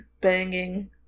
banging